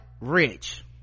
rich